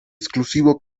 exclusivo